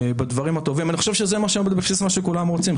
אני חושב שזה הבסיס של מה שכולם רוצים,